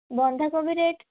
ବନ୍ଧା କୋବି ରେଟ୍